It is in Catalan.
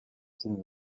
cinc